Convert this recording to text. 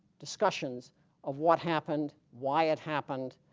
discussions of what happened why it happened